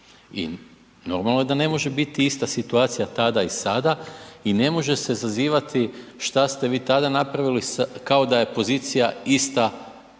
i normalno je da ne može biti ista situacija tada i sada i ne može se zazivati šta ste vi tada napraviti kao da pozicija ista